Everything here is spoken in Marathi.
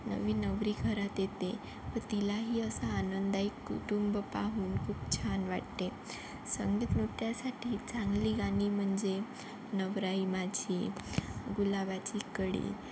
नवीन नवरी घरात येते तर तिलाही असा आनंददायी कुटुंब पाहून छान खूप वाटते संगीत नृत्यासाठी चांगली गाणी म्हणजे नवराई माझी गुलाबाची कळी